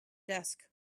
desk